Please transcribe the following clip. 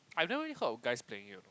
I never really heard of guys playing it